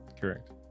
correct